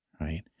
right